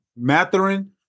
Matherin